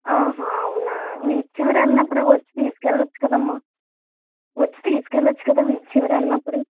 అవునా వీధి చివర ఉన్నప్పుడు వచ్చి తీసుకు వెళ్ళచ్చు కదమ్మ వచ్చి తీసుకు వెళ్ళచ్చు కదా వీధి చివర అన్నప్పుడు